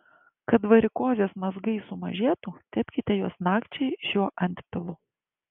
kad varikozės mazgai sumažėtų tepkite juos nakčiai šiuo antpilu